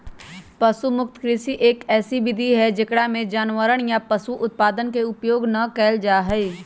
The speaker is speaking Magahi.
पशु मुक्त कृषि, एक ऐसी विधि हई जेकरा में जानवरवन या पशु उत्पादन के उपयोग ना कइल जाहई